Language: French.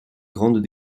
grandes